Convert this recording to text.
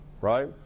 right